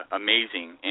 amazing